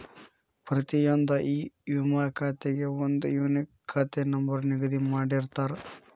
ಪ್ರತಿಯೊಂದ್ ಇ ವಿಮಾ ಖಾತೆಗೆ ಒಂದ್ ಯೂನಿಕ್ ಖಾತೆ ನಂಬರ್ ನಿಗದಿ ಮಾಡಿರ್ತಾರ